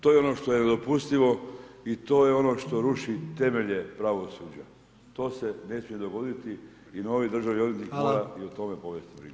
To je ono što je nedopustivo i to je ono što ruši temelje pravosuđa, to se ne smije dogoditi i novi državni odvjetnik mora i o tome povesti brigu.